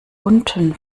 unten